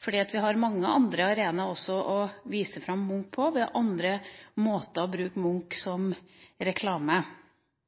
for vi har også mange andre arenaer å vise fram Munch på – andre måter å bruke Munch som reklame